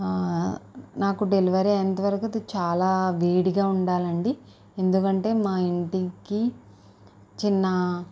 ఆ నాకు డెలివరీ అయ్యేంతవరకు అది చాలా వేడిగా ఉండాలండి ఎందుకంటే మా ఇంటికి చిన్న